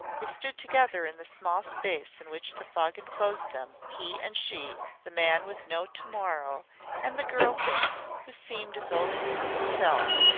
they stood together in the small space in which the fog enclosed them he and she the man with no to-morrow and the girl thing who seemed as old as himself,